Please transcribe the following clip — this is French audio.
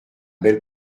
belle